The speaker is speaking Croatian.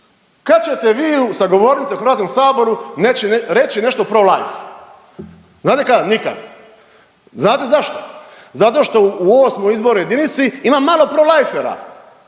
kad ćete vi sa govornice u Hrvatskom saboru reći nešto prolife? Znate kad? Nikad! Znate zašto? Zato što u osmoj izbornoj jedinici ima malo prolifera,